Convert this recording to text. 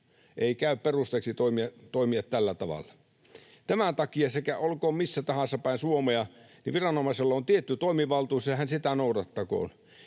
Ei käy perusteeksi toimia tällä tavalla. Tämän takia, olkoon missä tahansa päin Suomea, viranomaisella on tietty toimivaltuus, ja hän sitä noudattakoon.